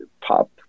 pop